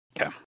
Okay